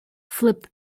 flipped